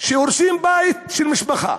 כשהורסים בית של משפחה